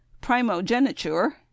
primogeniture